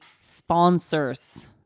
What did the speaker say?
sponsors